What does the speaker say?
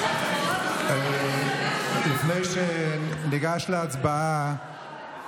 לפני שאת דואגת לכל הנשים,